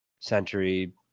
century